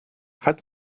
hat